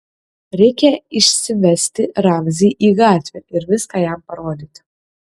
reikia išsivesti ramzį į gatvę ir viską jam parodyti